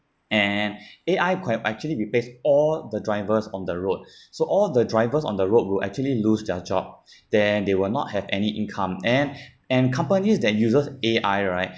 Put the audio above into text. and A_I could actually replace all the drivers on the roads so all the drivers on the road will actually lose their job then they will not have any income and and companies that uses A_I right